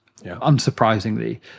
unsurprisingly